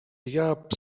yap